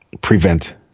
prevent